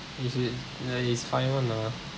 is it ya it's fine [one] ah